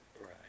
Right